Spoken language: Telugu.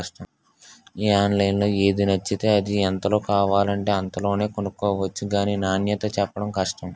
ఆన్లైన్లో ఏది నచ్చితే అది, ఎంతలో కావాలంటే అంతలోనే కొనుక్కొవచ్చు గానీ నాణ్యతే చెప్పడం కష్టం